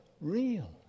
real